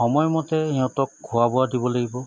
সময়মতে সিহঁতক খোৱা বোৱা দিব লাগিব